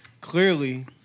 clearly